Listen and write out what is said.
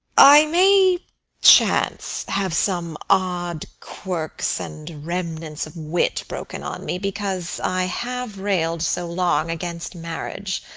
i may chance have some odd quirks and remnants of wit broken on me, because i have railed so long against marriage